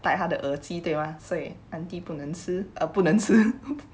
带他的耳机对吗所以 aunty 不能吃不能吃